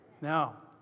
Now